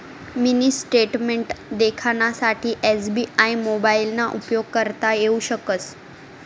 mini statement देखानासाठे SBI मोबाइलना उपेग करता येऊ शकस